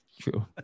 True